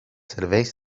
serveis